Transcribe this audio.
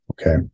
Okay